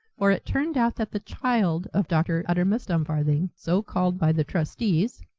for it turned out that the child of dr. uttermust dumfarthing, so-called by the trustees,